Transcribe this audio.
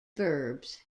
verbs